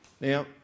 now